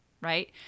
right